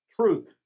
truth